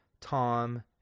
Tom